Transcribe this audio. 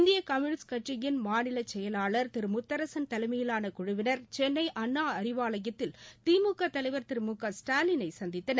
இந்திய கம்யூனிஸ்ட் கட்சியின் மாநில செயலாளர் திரு முத்தரசன் தலைமையிலான குழுவினர் சென்னை அண்ணா அறிவாலத்தில் திமுக தலைவர் திரு மு க ஸ்டாலினை சந்தித்தனர்